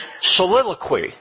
soliloquy